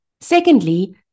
Secondly